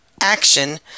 action